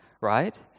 right